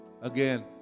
again